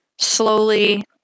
slowly